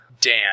dan